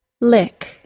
Lick